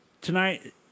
Tonight